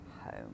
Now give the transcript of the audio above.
home